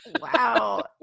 Wow